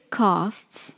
costs